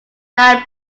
niall